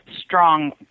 strong